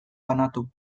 banatu